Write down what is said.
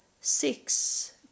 six